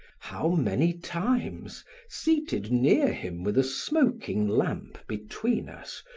how many times seated near him with a smoking lamp between us,